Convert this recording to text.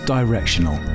Directional